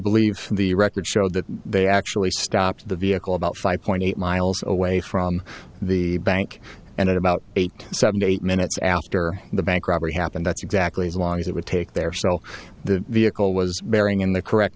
believe the records show that they actually stopped the vehicle about five point eight miles away from the bank and at about eight seven eight minutes after the bank robbery happened that's exactly as long as it would take they're still the vehicle was bearing in the correct